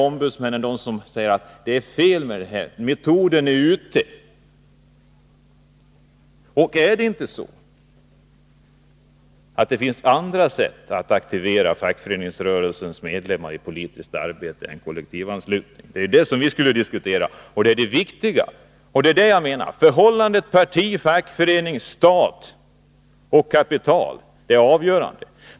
Ombudsmännen säger ju att det är fel att ha kollektivanslutning — metoden anses vara ”ute”. Är det inte så att det finns andra sätt att aktivera fackföreningsrörelsens medlemmar i politiskt arbete än genom kollektivanslutning? Det är vad vi borde diskutera, för det är det viktiga. Förhållandet mellan parti, fackförening, stat och kapital är avgörande.